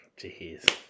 Jeez